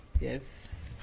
Yes